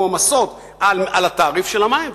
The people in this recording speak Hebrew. מועמסות על התעריף של המים,